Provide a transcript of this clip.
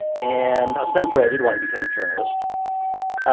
and ostensibly, i did want to become a journalist.